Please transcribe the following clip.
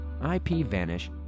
IPVanish